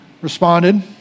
responded